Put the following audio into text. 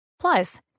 Plus